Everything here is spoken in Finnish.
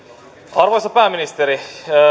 arvoisa pääministeri